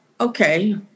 okay